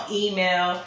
email